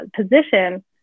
position